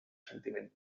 sentiment